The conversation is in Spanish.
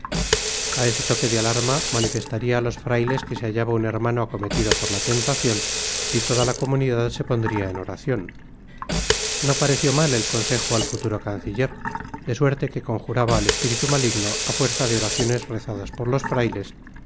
a ese toque de alarma manifestaria á los frailes que se hallaba un hermano acometido por la tentacion y toda la comunidad se pondria en oracion no pareció mal el consejo al futuro canciller de suerte que conjuraba al espiritu maligno á fuerza de oraciones rezadas por los frailes